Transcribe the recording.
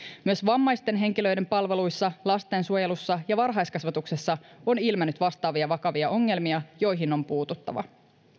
myös vammaisten henkilöiden palveluissa lastensuojelussa ja varhaiskasvatuksessa on ilmennyt vastaavia vakavia ongelmia joihin on puututtava